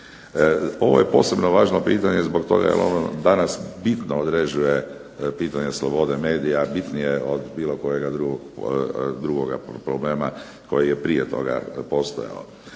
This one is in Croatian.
Ovo je posebno važno pitanje jer ono danas bitno određuje pitanje slobode medije, bitnije od drugoga problema koji je prije toga postojao.